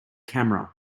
camera